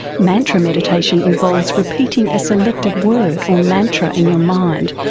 mantra meditation involves repeating a selected word or mantra in your mind,